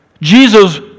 Jesus